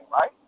right